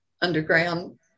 underground